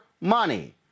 money